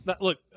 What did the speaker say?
look